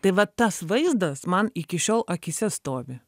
tai vat tas vaizdas man iki šiol akyse stovi